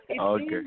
okay